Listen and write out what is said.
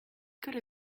could